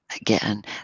Again